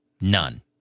None